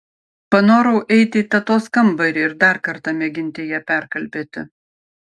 panorau eiti į tetos kambarį ir dar kartą mėginti ją perkalbėti